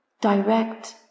direct